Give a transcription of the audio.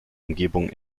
umgebung